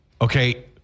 Okay